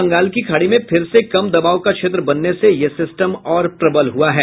बंगाल की खाड़ी में फिर से कम दवाब का क्षेत्र बनने से यह सिस्टम और प्रबल हुआ है